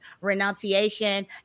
renunciation